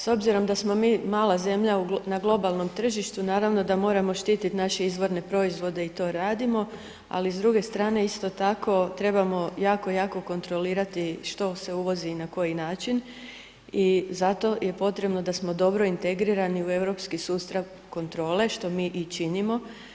S obzirom da smo mi mala zemlja na globalnom tržištu, naravno da moramo štititi naše izvorne proizvode i to radimo, ali s druge strane isto tako trebamo jako, jako kontrolirati što se uvozi i na koji način i zato je potrebno da smo dobro integrirani u europski sustav kontrole, što mi i činimo.